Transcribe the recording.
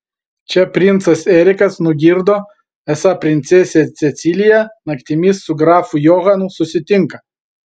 čia princas erikas nugirdo esą princesė cecilija naktimis su grafu johanu susitinka